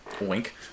wink